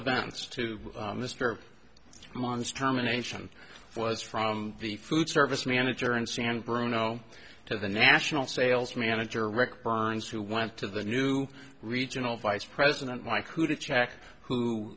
events to mr moggs terminations was from the food service manager in san bruno to the national sales manager rick burns who went to the new regional vice president mike who to check